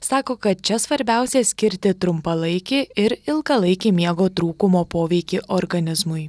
sako kad čia svarbiausia skirti trumpalaikį ir ilgalaikį miego trūkumo poveikį organizmui